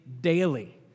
daily